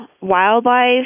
wildlife